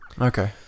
Okay